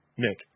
Nick